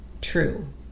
true